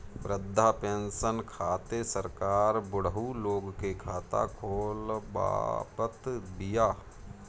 वृद्धा पेंसन खातिर सरकार बुढ़उ लोग के खाता खोलवावत बिया